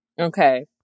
Okay